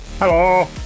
Hello